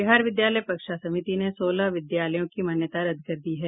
बिहार विद्यालय परीक्षा समिति ने सोलह विद्यालयों की मान्यता रद्द कर दी है